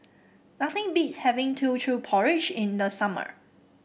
nothing beats having Teochew Porridge in the summer